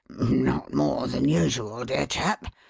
not more than usual, dear chap.